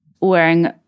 wearing